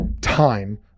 time